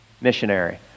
missionary